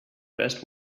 best